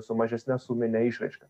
su mažesne sumine išraiška